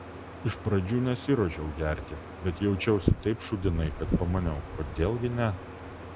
iš pradžių nesiruošiau gerti bet jaučiausi taip šūdinai kad pamaniau kodėl gi ne